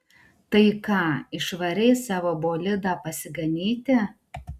tai ką išvarei savo bolidą pasiganyti